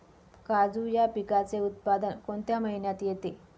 काजू या पिकाचे उत्पादन कोणत्या महिन्यात येते?